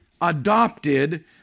adopted